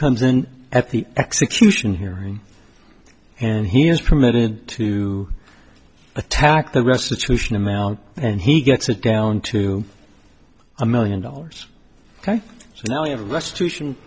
comes in at the execution hearing and he is permitted to attack the restitution amount and he gets it down to a million dollars ok so now you have les